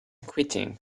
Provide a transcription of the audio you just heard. quitting